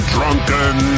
Drunken